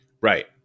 Right